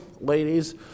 Ladies